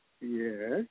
Yes